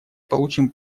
получим